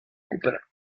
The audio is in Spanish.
cooper